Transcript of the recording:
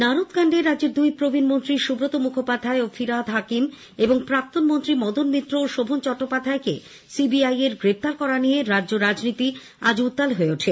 নারদ কান্ডে রাজ্যের দুই প্রবীণ মন্ত্রী সুব্রত মুখোপাধ্যায় ও ফিরহাদ হাকিম এবং প্রাক্তন মন্ত্রী মদন মিত্র ও শোভন চট্টোপাধ্যায়কে সিবিআই এর গ্রেপ্তার করা নিয়ে রাজ্য রাজনীতি আজ উত্তাল হয়ে ওঠে